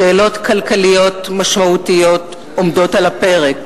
שאלות כלכליות משמעותיות עומדות על הפרק,